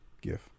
give